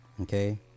okay